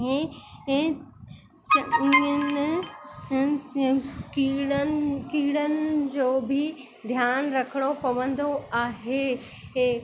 ऐं ऐं चङनि कीड़नि कीड़नि जो बि ध्यानु रखिणो पवंदो आहे हे